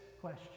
question